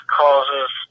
causes